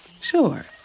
Sure